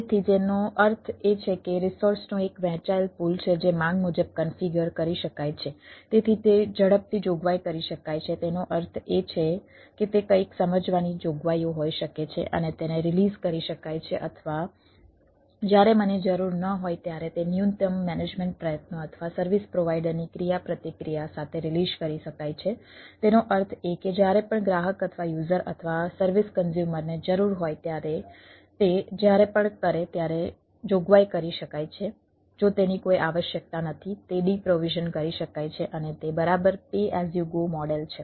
તેથી તેનો અર્થ એ છે કે રિસોર્સનો એક વહેંચાયેલ પૂલ છે જે માંગ મુજબ કન્ફ્યુગર મોડેલ છે